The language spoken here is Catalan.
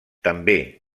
també